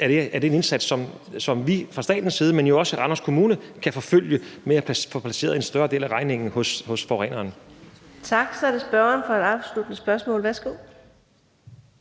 er det en indsats, som vi fra statens side, men jo også i Randers Kommune, kan forfølge, med hensyn til at få placeret en større del af regningen hos forureneren. Kl. 14:15 Fjerde næstformand (Karina Adsbøl): Tak. Så er det spørgeren for et afsluttende spørgsmål. Værsgo.